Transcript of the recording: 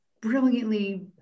brilliantly